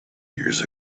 years